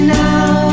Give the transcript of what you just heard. now